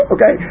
Okay